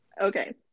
okay